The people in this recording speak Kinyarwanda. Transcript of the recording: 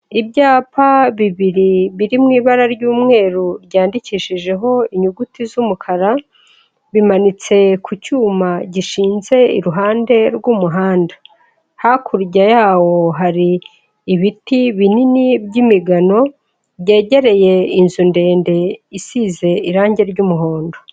Ibyapa bibiri biri mu ibara ry'umweru ryandikishijeho inyuguti z'umukara, bimanitse ku cyuma gishinze iruhande rw'umuhanda, hakurya yawo hari ibiti binini by'imigano byegereye inzu ndende isize irangi ry'umuhondo.